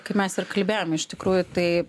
kaip mes ir kalbėjom iš tikrųjų tai